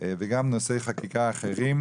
וגם נושאי חקיקה אחרים,